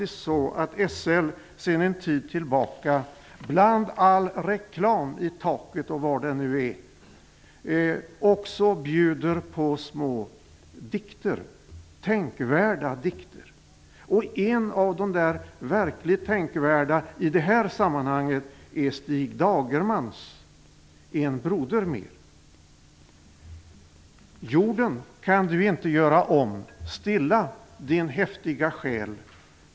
Sedan en tid tillbaka bjuder SL, bland all reklam, på små tänkvärda dikter. En av de verkligt tänkvärda dikterna i detta sammanhang är Stig Dagermans dikt med titeln En broder mer.